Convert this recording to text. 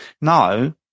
No